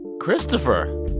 Christopher